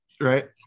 Right